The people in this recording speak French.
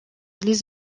les